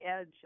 edge